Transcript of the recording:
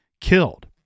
killed